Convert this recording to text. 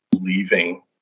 leaving